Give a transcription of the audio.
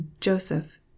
Joseph